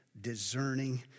discerning